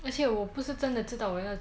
而且我不是真的知道我要